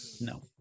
No